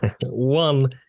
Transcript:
one